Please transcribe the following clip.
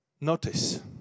Notice